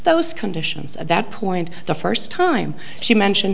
those conditions at that point the first time she mentioned